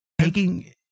Taking